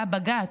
היה הבג"ץ,